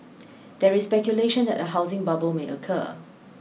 there is speculation that a housing bubble may occur